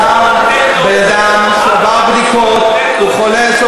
יבחר האדם בדעה צלולה, אחרי